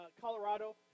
Colorado